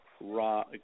raw